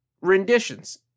renditions